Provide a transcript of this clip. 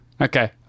Okay